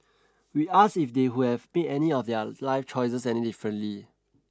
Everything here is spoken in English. we asked if they would have made any of their life choices any differently